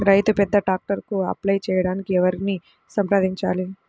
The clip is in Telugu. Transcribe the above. రైతు పెద్ద ట్రాక్టర్కు అప్లై చేయడానికి ఎవరిని సంప్రదించాలి?